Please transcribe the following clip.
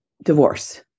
divorce